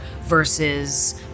versus